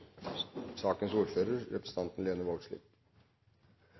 sagt av representanten Lene Vågslid